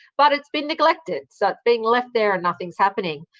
but it's been neglected. so, it's being left there and nothing's happening.